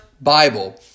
Bible